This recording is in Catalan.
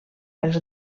els